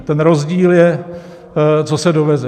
Ten rozdíl je, co se doveze.